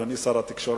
אדוני שר התקשורת,